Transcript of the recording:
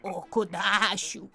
o kudašių